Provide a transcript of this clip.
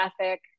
ethic